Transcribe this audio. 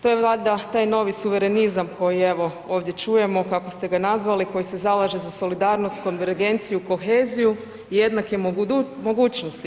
To je valjda taj novi suverenizam koji evo ovdje čujemo kako ste ga nazvali, koji se zalaže za solidarnost, konvergenciju, koheziju i jednake mogućnosti.